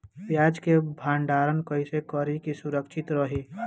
प्याज के भंडारण कइसे करी की सुरक्षित रही?